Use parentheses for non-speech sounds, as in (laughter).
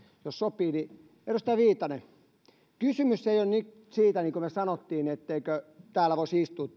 jos sopii edustaja viitanen niin kuin me sanoimme kysymys ei ole siitä etteikö täällä oikealla puolella voisi istua (unintelligible)